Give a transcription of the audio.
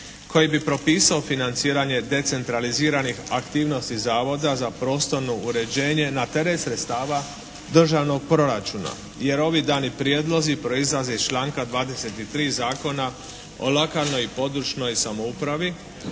koji bi propisao financiranje decentraliziranih aktivnosti zavoda za prostorno uređenje na teret sredstava državnog proračuna, jer ovi dani prijedlozi proizlaze iz članka 23. Zakona o lokalnoj i područnoj samoupravi